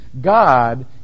God